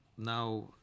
Now